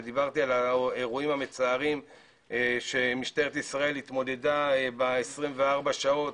ודיברתי על האירועים המצערים שמשטרת ישראל התמודדה אתם ב-24 שעות,